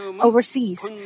overseas